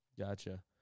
Gotcha